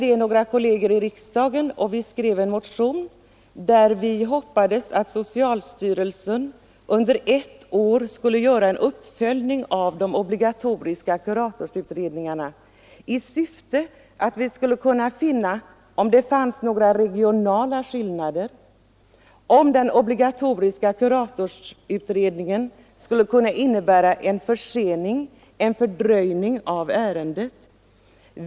Några riksdagskolleger och jag diskuterade detta och skrev en motion, i vilken vi framförde förhoppningen att socialstyrelsen under ett år skulle göra en uppföljning av de obligatoriska kuratorsutredningarna i syfte att utröna om det fanns några regionala skillnader och om den obligatoriska kuratorsutredningen innebar någon fördröjning av ärendet.